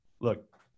look